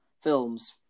films